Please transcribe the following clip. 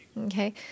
Okay